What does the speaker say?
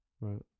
Right